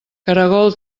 caragol